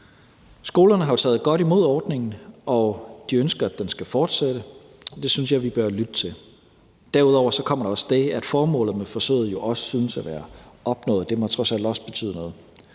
Skolerne har jo taget godt imod ordningen, og de ønsker, at den skal fortsætte, og det synes jeg vi bør lytte til. Derudover kommer også det, at formålet med forsøget jo også synes at være opnået. Det må trods alt også betyde noget.